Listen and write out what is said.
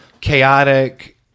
chaotic